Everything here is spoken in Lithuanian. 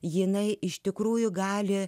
jinai iš tikrųjų gali